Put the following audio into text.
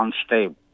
unstable